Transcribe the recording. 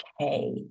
okay